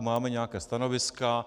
Máme nějaká stanoviska.